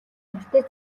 морьтой